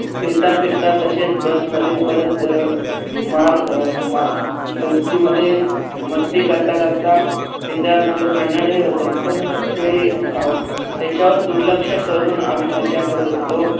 फिरताफिरता तसेच बसमध्ये परत मार मा दोस्तीमध्ये मस्ती करताकरता मित्रांमध्ये भांडणंही होतात पण ते त्याच्यावर दुर्लक्ष करून आम्ही मज्जा करत होतो